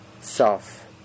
self